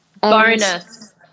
bonus